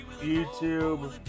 YouTube